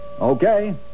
Okay